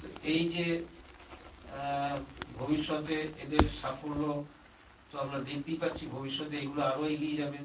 তো এই যে ভবিষ্যতে এদের সাফল্য তো আমরা দেখতেই পাচ্ছি ভবিষ্যতে এগুলো আরো এগিয়ে যাবে